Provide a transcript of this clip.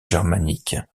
germanique